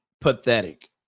pathetic